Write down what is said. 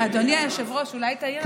אדוני היושב-ראש, אולי תעיר להם?